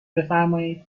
بفرمایید